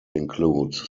include